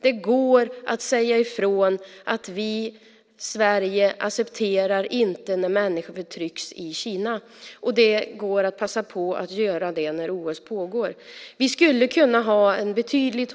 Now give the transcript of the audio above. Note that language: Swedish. Det går att säga ifrån: Sverige accepterar inte när människor förtrycks i Kina. Det går att passa på att göra det när OS pågår. Vi skulle kunna ha en betydligt